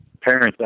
parents